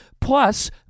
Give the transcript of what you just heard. plus